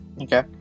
Okay